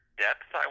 depth